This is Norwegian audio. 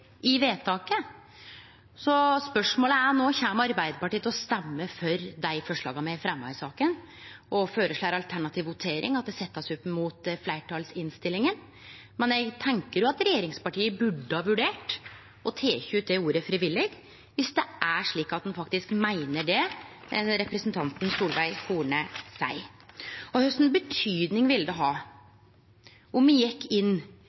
i forslag til vedtak. Så spørsmålet er no: Kjem Arbeidarpartiet til å stemme for dei forslaga me har fremja i saka, og føreslå alternativ votering, at dei blir sette opp mot fleirtalsinnstillinga? Men eg tenkjer at regjeringspartia burde ha vurdert å ta ut ordet «frivillige», dersom det er slik at ein faktisk meiner det som representanten Solveig Horne seier. Kva slags betyding vil det ha om me gjekk inn